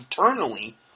eternally